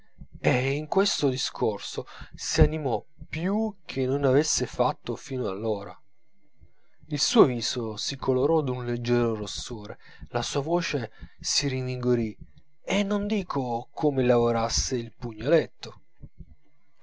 e in questo discorso si animò più che non avesse fatto fino allora il suo viso si colorò d'un leggero rossore la sua voce si rinvigorì e non dico come lavorasse il